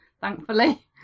thankfully